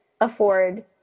afford